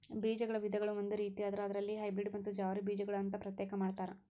ಬೇಜಗಳ ವಿಧಗಳು ಒಂದು ರೇತಿಯಾದ್ರ ಅದರಲ್ಲಿ ಹೈಬ್ರೇಡ್ ಮತ್ತ ಜವಾರಿ ಬೇಜಗಳು ಅಂತಾ ಪ್ರತ್ಯೇಕ ಮಾಡತಾರ